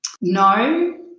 No